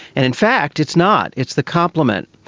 and in fact it's not, it's the compliment.